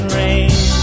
rain